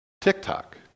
TikTok